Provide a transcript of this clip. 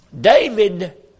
David